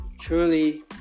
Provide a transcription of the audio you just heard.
truly